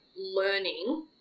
learning